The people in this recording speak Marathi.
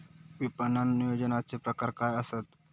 विपणन नियोजनाचे प्रकार काय आसत?